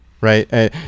right